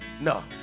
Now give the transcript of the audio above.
no